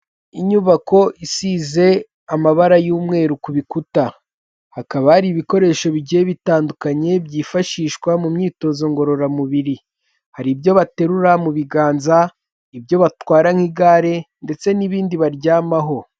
Inyubako isize amabara y'umweru ku bikuta hakaba hari ibikoresho bigiye bitandukanye byifashishwa mu myitozo ngororamubiri, hari ibyo baterura mu biganza, ibyo batwara nk'igare ndetse n'ibindi baryamaho.